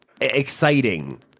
exciting